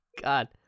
God